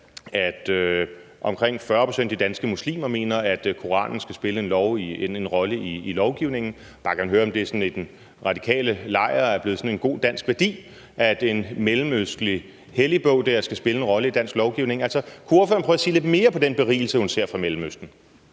at omkring 40 pct. af de danske muslimer mener, at Koranen skal spille en rolle i lovgivningen. Jeg vil bare gerne høre, om det i den radikale lejr er blevet sådan en god dansk værdi, at en mellemøstlig helligbog skal spille en rolle i dansk lovgivning. Altså, kunne ordføreren prøve at sige lidt mere om den berigelse, hun ser fra Mellemøsten?